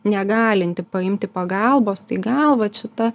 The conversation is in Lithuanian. negalinti paimti pagalbos tai gal vat šita